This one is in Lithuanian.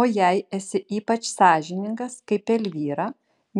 o jei esi ypač sąžiningas kaip elvyra